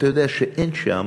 אתה יודע שאין שם